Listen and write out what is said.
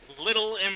Little